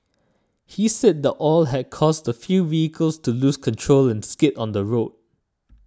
he said the oil had caused a few vehicles to lose control and skid on the road